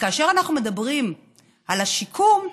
וכאשר אנחנו מדברים על השיקום,